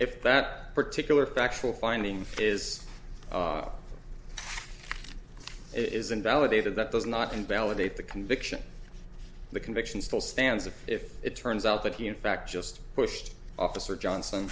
if that particular factual finding is it is invalidated that does not invalidate the conviction the conviction still stands and if it turns out that he in fact just pushed officer johnson